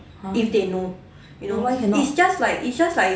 !huh! why cannot